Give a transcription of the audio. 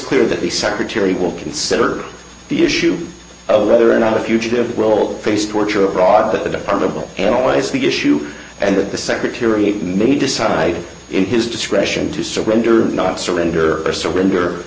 clear that the secretary will consider the issue of whether or not a fugitive role face torture abroad that the department will analyze the issue and that the secretary may decide in his discretion to surrender not surrender or surrender